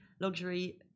Luxury